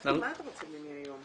גפני, מה אתה רוצה ממני היום?